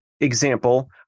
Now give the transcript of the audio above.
Example